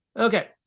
Okay